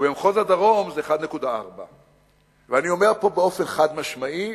ובמחוז הדרום זה 1.4. אני אומר פה באופן חד-משמעי,